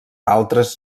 altres